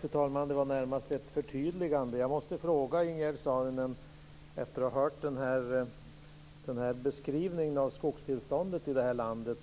Fru talman! Det gäller närmast ett förtydligande. Efter att ha hört den här beskrivningen av skogstillståndet här i landet